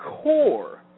core